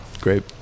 Great